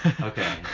Okay